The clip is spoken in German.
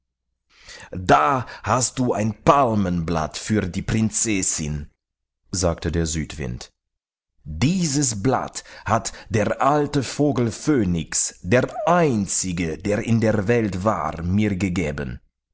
da hast du ein palmenblatt für die prinzessin sagte der südwind dieses blatt hat der alte vogel phönix der einzige der in der welt war mir gegeben